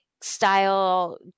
style